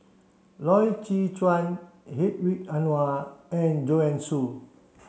Loy Chye Chuan Hedwig Anuar and Joanne Soo